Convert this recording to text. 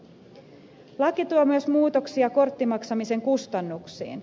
laki tuo myös muutoksia korttimaksamisen kustannuksiin